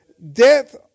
Death